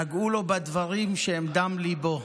נגעו לו בדברים שהם דם ליבו.